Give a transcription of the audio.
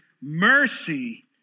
mercy